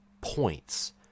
points